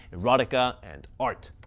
erotica, and art.